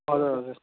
हजुर हजुर